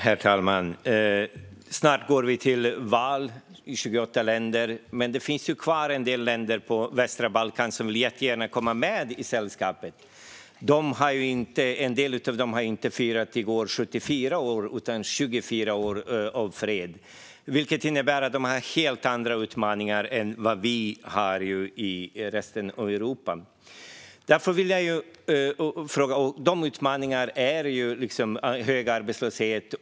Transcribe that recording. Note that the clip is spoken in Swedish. Herr talman! Snart går vi till val i 28 länder. Men det finns fortfarande en del länder på västra Balkan som jättegärna vill komma med i sällskapet. En del av dem har inte firat 74 år av fred utan 24 år av fred, vilket innebär att de har helt andra utmaningar än vad vi i resten av Europa har. Dessa utmaningar är bland annat hög arbetslöshet.